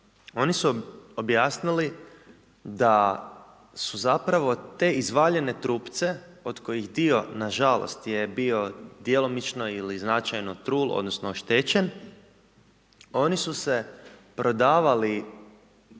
oni su objasnili da su zapravo te izvaljene trupce od kojih dio nažalost je bio djelomično ili značajno trul, odnosno oštećen, oni su prodavali